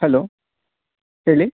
hello ಹೇಳಿ